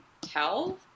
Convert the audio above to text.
tell